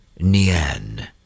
Nian